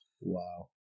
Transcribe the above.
Wow